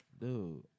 Dude